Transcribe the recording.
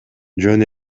жөн